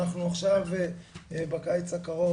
אנחנו עכשיו בקיץ הקרוב